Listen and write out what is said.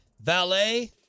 valet